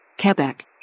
Quebec